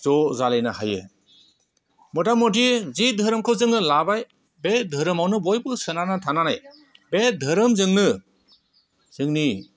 ज' जालायनो हायो मथामथि जि धोरोमखौ जोङो लाबाय बे धोरोमावनो बयबो सोनारनानै थानानै बे धोरोमजोंनो जोंनि